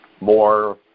more